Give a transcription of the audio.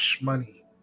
money